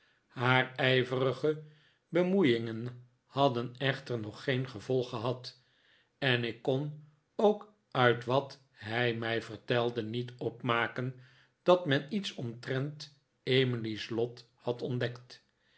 haar ijverige bemoeiingen hadden echter nog geen gevolg gehad en ik kon ook uit wat hij mij vertelde niet opmaken dat men iets omtrent emily's lot had ontdekt